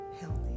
healthy